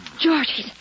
George